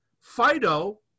Fido